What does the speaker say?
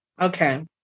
okay